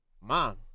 mom